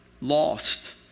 Lost